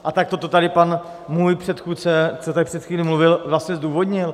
A takto to tady pan, můj předchůdce, co tady před chvíli mluvil, vlastně zdůvodnil.